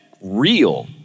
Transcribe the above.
real